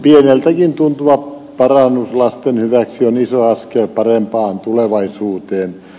pieneltäkin tuntuva parannus lasten hyväksi on iso askel parempaan tulevaisuuteen